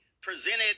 presented